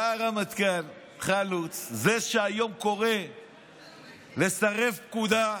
בא הרמטכ"ל חלוץ, זה שהיום קורא לסרב פקודה,